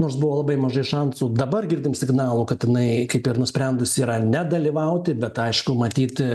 nors buvo labai mažai šansų dabar girdim signalų kad jinai kaip ir nusprendus yra nedalyvauti bet aišku matyti